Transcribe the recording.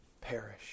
perish